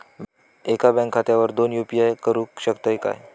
एका बँक खात्यावर दोन यू.पी.आय करुक शकतय काय?